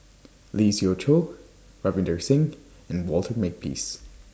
Lee Siew Choh Ravinder Singh and Walter Makepeace